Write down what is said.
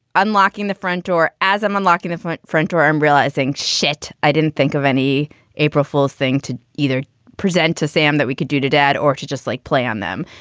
unlocking the front door as i'm unlocking the front front door, i'm realizing, shit, i didn't think of any april fool's thing to either present to sam that we could do to dad or to just like play on them.